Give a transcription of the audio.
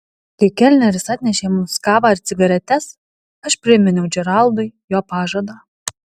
kai kelneris atnešė mums kavą ir cigaretes aš priminiau džeraldui jo pažadą